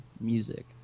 music